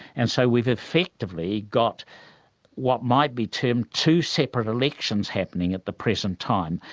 and so we've effectively got what might be termed two separate elections happening at the present time.